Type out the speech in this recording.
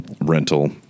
rental